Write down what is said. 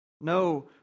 No